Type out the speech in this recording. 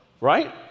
right